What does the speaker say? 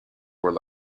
were